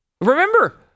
Remember